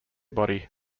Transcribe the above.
body